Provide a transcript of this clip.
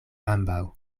ambaŭ